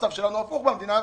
המצב שלנו הפוך במדינה,